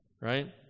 right